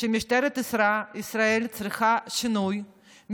שמשטרת ישראל צריכה שינוי,